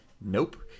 Nope